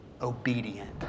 obedient